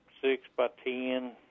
six-by-ten